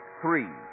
Three